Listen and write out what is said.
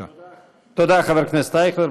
תודה, חבר הכנסת אייכלר.